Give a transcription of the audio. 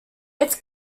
its